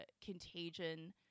contagion